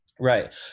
Right